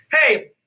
hey